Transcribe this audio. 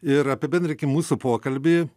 ir apibendrinkim mūsų pokalbį